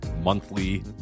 Monthly